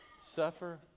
Suffer